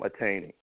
attaining